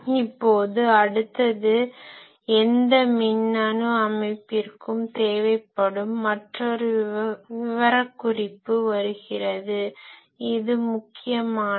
இப்போது அடுத்தது எந்த மின்னணு அமைப்பிற்கும் தேவைப்படும் மற்றொரு விவரக்குறிப்பு வருகிறது இது முக்கியமானது